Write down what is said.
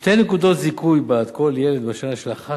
שתי נקודות זיכוי בעד כל ילד בשנה שלאחר